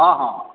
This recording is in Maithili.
हँ हँ